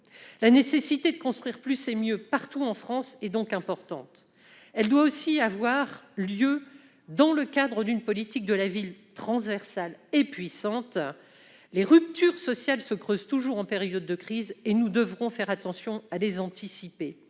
La nécessité de construire plus et mieux, partout en France, est donc importante. Cela doit se faire aussi dans le cadre d'une politique de la ville transversale et puissante. Les ruptures sociales se creusent toujours en période de crise. Nous devrons faire attention et les anticiper.